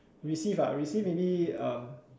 received ah receive maybe um